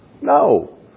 No